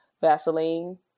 Vaseline